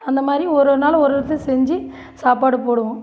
அந்த மாதிரி ஒரு ஒரு நாள் ஒரு ஒருத்தர் செஞ்சு சாப்பாடு போடுவோம்